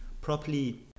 properly